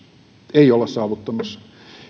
ei olla saavuttamassa